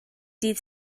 dydd